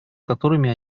которыми